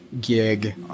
gig